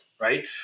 right